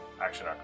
action